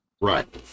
right